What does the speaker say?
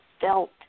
felt